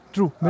True